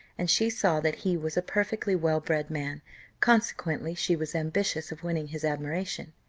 and she saw that he was a perfectly well-bred man consequently she was ambitious of winning his admiration.